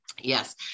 Yes